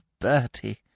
Bertie